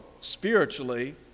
spiritually